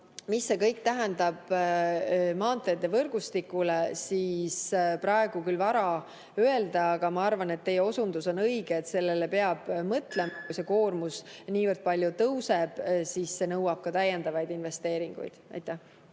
Mida see kõik tähendab maanteevõrgustikule? Praegu on küll vara öelda, aga ma arvan, et teie osundus on õige, et sellele peab mõtlema. Kui see koormus niivõrd palju tõuseb, siis see nõuab täiendavaid investeeringuid. Aitäh!